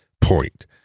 point